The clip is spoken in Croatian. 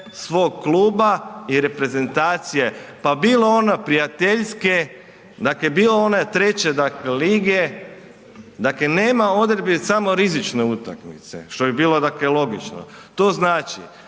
svog kluba i reprezentacije, pa bilo ona prijateljske, dakle bilo ona treće dakle lige, dakle nema odredbi samo rizične utakmice što bi bilo logično. To znači